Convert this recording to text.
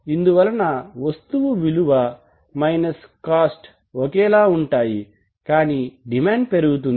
ఇందువలన వస్తువు విలువ మైనస్ కోస్ట్ ఒకేలా ఉంటాయి కానీ డిమాండ్ పెరుగుతుంది